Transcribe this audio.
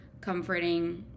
comforting